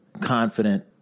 confident